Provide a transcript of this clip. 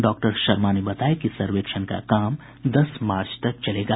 doctor Sharma ने बताया कि सर्वेक्षण का काम दस मार्च तक चलेगा